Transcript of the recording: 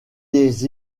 des